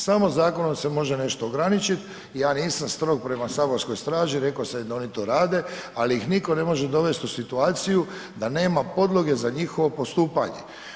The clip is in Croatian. Samo zakonom se može nešto ograničiti i ja nisam strog prema saborskoj straži, rekao sam da i oni to rade ali ih nitko ne može dovesti u situaciju da nema podloge za njihovo postupanje.